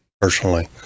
personally